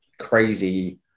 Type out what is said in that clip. crazy